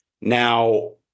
Now